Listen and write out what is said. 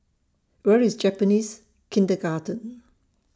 Where IS Japanese Kindergarten